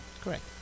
Correct